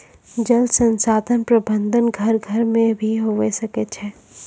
जल संसाधन प्रबंधन घर घर मे भी हुवै सकै छै